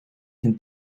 can